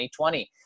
2020